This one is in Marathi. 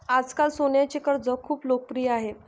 आजकाल सोन्याचे कर्ज खूप लोकप्रिय आहे